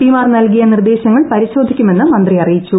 P മാർ നൽകിയ നിർദ്ദേശങ്ങൾ പരിശോധിക്കുമെന്ന് മന്ത്രി അറിയിച്ചു